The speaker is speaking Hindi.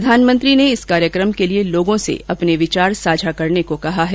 प्रधानमंत्री ने इस कार्यकम के लिए लोगों से अपने विचार साझा करने को कहा है